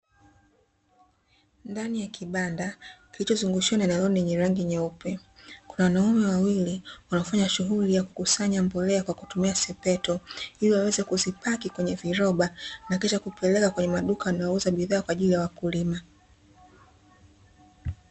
Ndani ya kibanda kilichozungushiwa na nailoni yenye rangi nyeupe; kuna wanaume wawili wanaofanya shughuli ya kukusanya mbolea kwa kutumia sepeto, ili waweze kuzipaki kwenye viroba na kisha kupeleka kwenye maduka wanayouza bidhaa kwa ajili ya wakulima.